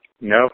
No